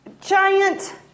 giant